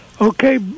Okay